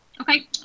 Okay